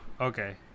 okay